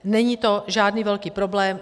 Není to žádný velký problém.